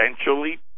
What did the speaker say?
essentially